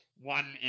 One